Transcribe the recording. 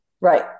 Right